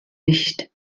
nicht